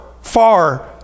far